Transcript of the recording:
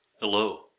Hello